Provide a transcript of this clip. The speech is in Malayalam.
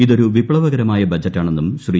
ഇതൊരു വിപ്ലവകരമായ ബജറ്റാണെന്നും ശ്രീ